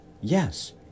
yes